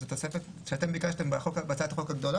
זו תוספתם שאתם ביקשתם בהצעת החוק הגדולה,